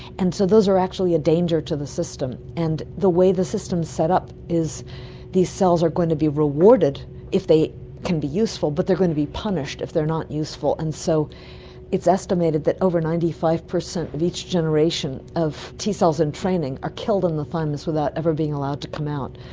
and so those are actually a danger to the system. and the way the system is set up is these cells are going to be rewarded if they can be useful, but they are going to be punished if they are not useful. and so it is estimated that over ninety five percent of each generation of t cells in training are killed in the thymus without ever being allowed to come out,